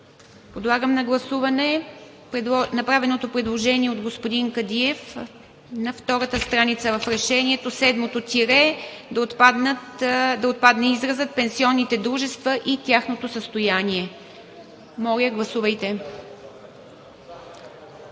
Подлагам на гласуване направеното предложение от господин Кадиев – на втората страница от Решението, седмото тире, да отпадне изразът „пенсионните дружества и тяхното състояние“. Гласували